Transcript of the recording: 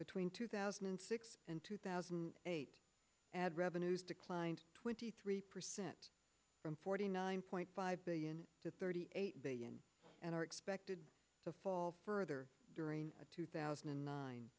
between two thousand and six and two thousand and eight ad revenues declined twenty three percent from forty nine point five billion to thirty eight and are expected to fall further during two thousand and nine